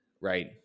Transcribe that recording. right